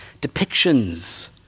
depictions